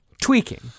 tweaking